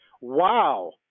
Wow